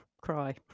cry